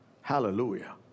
Hallelujah